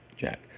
Jack